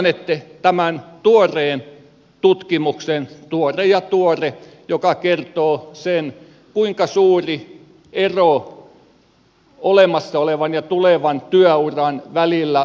muistanette tämän tuoreen tutkimuksen tai tuore ja tuore joka kertoo kuinka suuri ero olemassa olevan ja tulevan työuran suhteen on eri ryhmien välillä